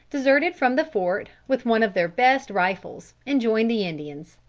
deserted from the fort with one of their best rifles, and joined the indians.